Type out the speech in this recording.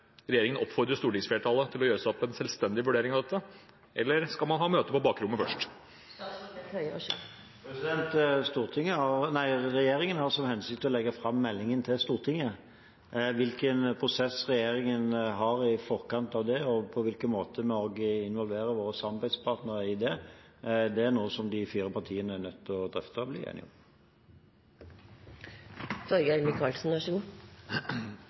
regjeringen oppfordre stortingsflertallet til å gjøre seg opp en selvstendig vurdering av dette, eller skal man ha møte på bakrommet først? Regjeringen har til hensikt å legge fram meldingen for Stortinget. Hvilken prosess regjeringen har i forkant av det, og på hvilken måte vi også involverer våre samarbeidspartnere i det, er noe de fire partiene er nødt til å drøfte og bli enige om.